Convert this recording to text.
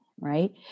right